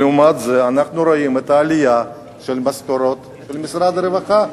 לעומת זה אנחנו רואים את העלייה במשכורות במשרד הרווחה.